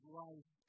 life